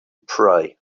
pray